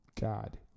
God